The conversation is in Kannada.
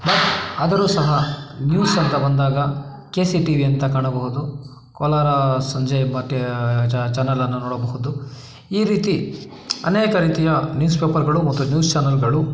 ಆದರೂ ಸಹ ನ್ಯೂಸ್ ಅಂತ ಬಂದಾಗ ಕೆ ಸಿ ಟಿ ವಿ ಅಂತ ಕಾಣಬಹುದು ಕೋಲಾರ ಸಂಜೆಯ ಚಾನಲನ್ನು ನೋಡಬಹುದು ಈ ರೀತಿ ಅನೇಕ ರೀತಿಯ ನ್ಯೂಸ್ ಪೇಪರ್ಗಳು ಮತ್ತು ನ್ಯೂಸ್ ಚಾನಲ್ಗಳು